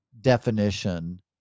definition